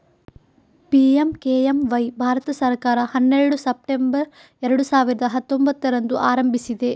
PMKMY Bharat ಸರ್ಕಾರ ಹನ್ನೆರಡು September ಎರಡು ಸಾವಿರದ ಹತ್ತೊಂಭತ್ತರಂದು ಆರಂಭಿಸಿದೆ